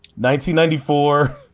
1994